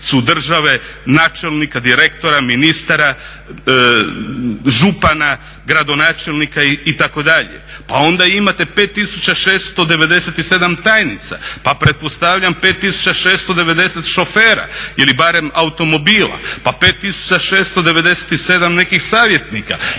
načelnika, direktora, ministara, župana, gradonačelnika itd.. Pa onda imate 5697 tajnica, pa pretpostavljam 5690 šofera ili barem automobila, pa 5697 nekih savjetnika,